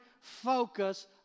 focus